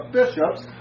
bishops